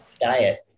diet